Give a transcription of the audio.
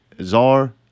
Czar